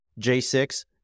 J6